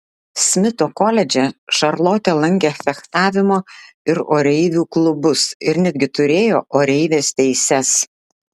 smito koledže šarlotė lankė fechtavimo ir oreivių klubus ir netgi turėjo oreivės teises